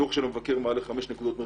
הדוח של המבקר מעלה חמש נקודות.